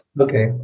Okay